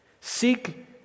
Seek